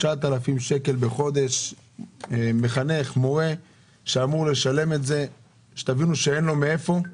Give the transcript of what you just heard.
מדובר במחנך שאמור לשלם את זה ואין לו מאיפה.